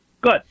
good